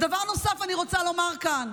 דבר נוסף אני רוצה לומר כאן.